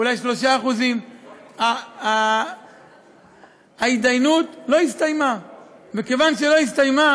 אולי 3%. ההתדיינות לא הסתיימה ומכיוון שלא הסתיימה